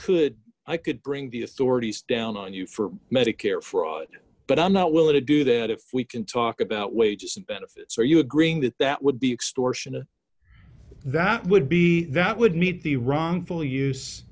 could i could bring the authorities down on you for medicare fraud but i'm not willing to do that if we can talk about wages and benefits are you agreeing that that would be extortion that would be that would meet the ron full use